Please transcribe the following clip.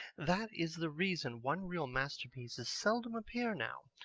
that is the reason one-reel masterpieces seldom appear now.